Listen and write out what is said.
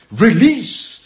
Release